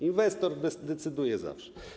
Inwestor decyduje zawsze.